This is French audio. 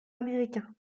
américains